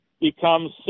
becomes